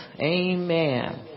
Amen